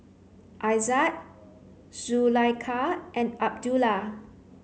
Aizat Zulaikha and Abdullah